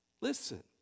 Listen